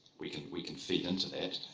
we can we can feed into that,